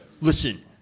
listen